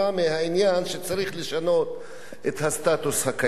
מהעניין שצריך לשנות את הסטטוס הקיים.